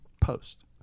Post